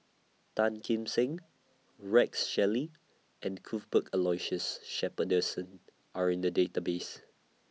Tan Kim Seng Rex Shelley and Cuthbert Aloysius Shepherdson Are in The Database